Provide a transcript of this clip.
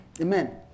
Amen